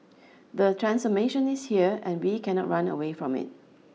the transformation is here and we cannot run away from it